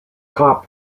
cop